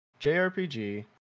jrpg